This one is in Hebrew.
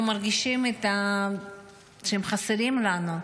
אנחנו מרגישים שהם חסרים לנו,